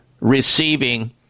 receiving